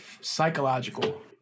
psychological